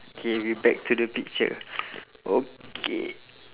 K we back to the picture okay